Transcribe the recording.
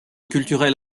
culturel